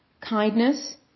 kindness